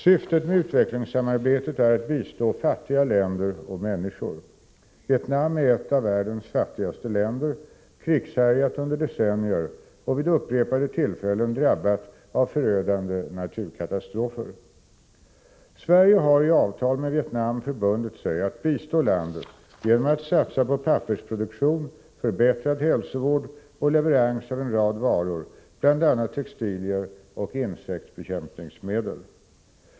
Syftet med utvecklingssamarbetet är att bistå fattiga länder och människor. Vietnam är ett av världens fattigaste länder, krigshärjat under decennier och vid upprepade tillfällen drabbat av förödande naturkatastrofer. Sverige har i avtal med Vietnam förbundit sig att bistå landet genom att satsa på pappersproduktion, förbättrad hälsovård och leverans av en rad varor, bl.a. textilier och insektsbekämpningsmedel.